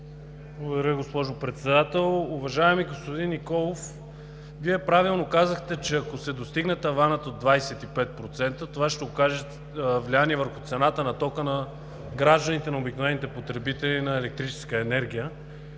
Благодаря, госпожо Председател. Уважаеми господин Николов, правилно казахте, че ако се достигне таванът от 25%, това ще окаже влияние върху цената на тока на гражданите, на обикновените потребители на електрическа енергия.